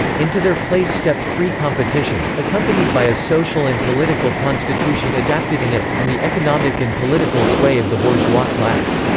into their place stepped free competition, accompanied by a social and political constitution adapted in it, and the economic and political sway of the bourgeois class.